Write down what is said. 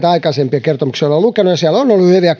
aikaisempia kertomuksia olen lukenut ja